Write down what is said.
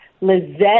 Lizette